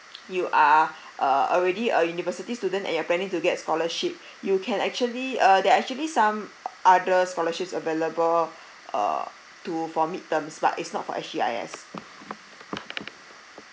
you are uh already a university student and you're planning to get scholarship you can actually uh there are actually some other scholarships available uh to for mid terms but it's not for S_G_I_S